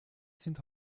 sind